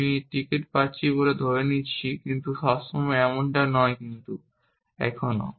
আমরা টিকিট পাচ্ছি বলে ধরে নিচ্ছি কিন্তু সবসময় এমনটা হয় না কিন্তু এখনও